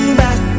back